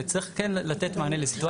וצריך כן לתת מענה לסיטואציה.